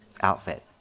outfit